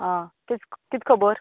आ कित कित खबर